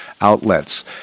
outlets